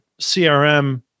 CRM